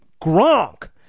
Gronk